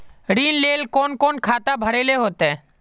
ऋण लेल कोन कोन खाता भरेले होते?